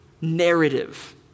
narrative